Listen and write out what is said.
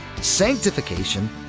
Sanctification